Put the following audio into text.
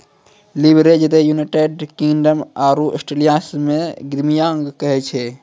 leverage के United Kingdom आरो Australia मे गियरिंग कहै छै